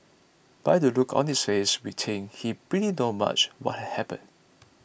by the look on its face we think he pretty knows much what had happened